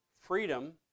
freedom